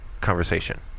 conversation